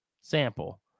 sample